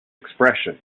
expression